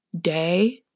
day